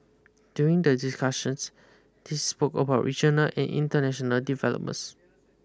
during the discussions they spoke about regional and international developments